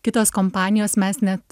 kitos kompanijos mes net